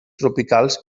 tropicals